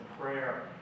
prayer